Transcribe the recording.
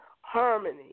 harmony